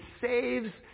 saves